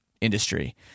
industry